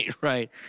Right